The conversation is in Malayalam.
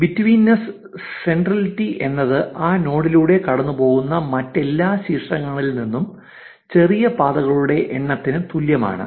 ബിറ്റ്വീനസ് സെൻട്രലിറ്റി എന്നത് ആ നോഡിലൂടെ കടന്നുപോകുന്ന മറ്റെല്ലാ ശീർഷകങ്ങളിൽ നിന്നും ചെറിയ പാതകളുടെ എണ്ണത്തിന് തുല്യമാണ്